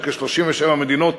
יש כ-37 מדינות,